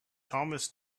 thomas